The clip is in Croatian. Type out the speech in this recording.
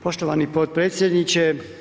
Poštovani potpredsjedniče.